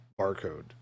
barcode